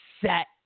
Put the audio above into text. set